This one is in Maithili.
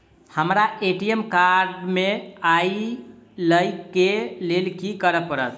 हमरा ए.टी.एम कार्ड नै अई लई केँ लेल की करऽ पड़त?